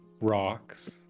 rocks